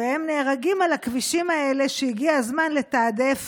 והם נהרגים על הכבישים האלה, והגיע הזמן לתעדף